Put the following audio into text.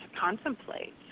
contemplate